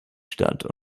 statt